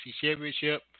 championship